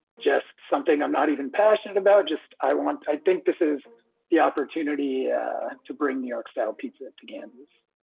just something i'm not even passionate about. just i want to i think this is the opportunity to bring new york style pizza to gans's